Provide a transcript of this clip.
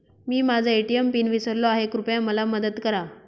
मी माझा ATM pin विसरलो आहे, कृपया मला मदत करा